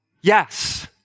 Yes